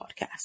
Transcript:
podcast